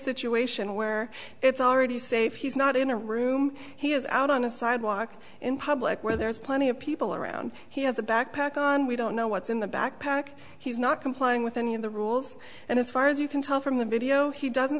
situation where it's already safe he's not in a room he is out on a sidewalk in public where there's plenty of people around he has a backpack on we don't know what's in the backpack he's not complying with any of the rules and as far as you can tell from the video he doesn't